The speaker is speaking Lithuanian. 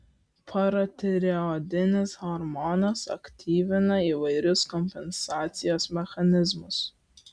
paratireoidinis hormonas aktyvina įvairius kompensacijos mechanizmus